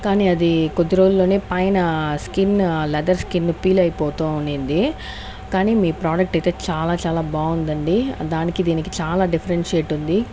కానీ అది కొద్ది రోజుల్లోనే పైన స్కిన్ లెదర్ స్కిన్ పీల్ అయిపోతూ ఉనింది కానీ మీ ప్రోడక్ట్ అయితే చాలా చాలా బాగుందండి దానికి దీనికి చాలా డిఫరెన్షియేట్ ఉంది